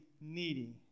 needy